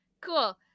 cool